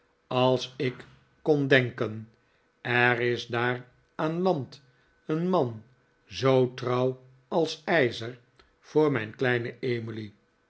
als ik kon denken er is daar aan land een man zoo trouw als ijzer voor mijn kleine emily